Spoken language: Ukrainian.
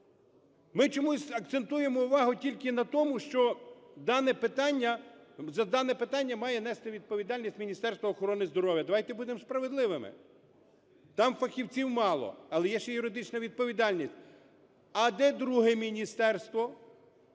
Ми чомусь акцентуємо увагу тільки на тому, що за дане питання має нести відповідальність Міністерство охорони здоров'я. Давайте будемо справедливими, там фахівців мало, але є ще юридична відповідальність. А де друге міністерство,